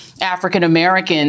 African-Americans